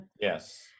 Yes